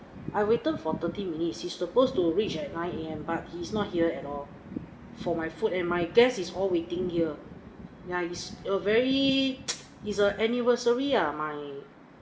I waited for thirty minutes he's supposed to reach at nine A_M but he's not here at all for my food and my guest is all waiting here ya it's err very it's err anniversary uh my